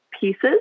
pieces